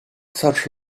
such